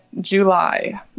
July